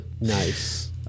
Nice